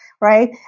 right